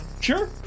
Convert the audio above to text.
Sure